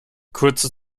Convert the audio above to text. kurze